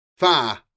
far